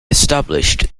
established